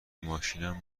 ماشینم